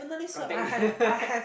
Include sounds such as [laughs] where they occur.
contact me [laughs]